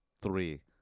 three